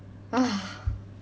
ugh